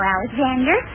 Alexander